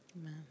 Amen